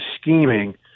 scheming